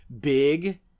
big